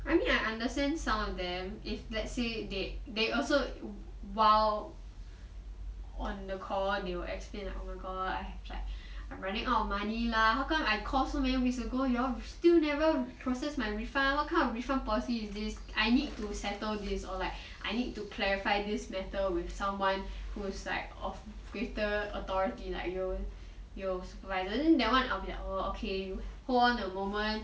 I mean I understand some of them if let's say they they also while on the call they will explain oh my god I'm running out of money lah how come I call so many weeks ago you all still never process my refund what kind of refund policy is this I need to settle this or like I need to clarify this matter with someone who's like of greater authority like your supervisor then that one I'll be like oh okay you hold on a moment